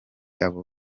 abo